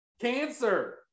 Cancer